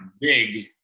big